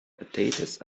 potatoes